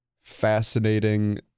fascinating